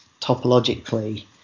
topologically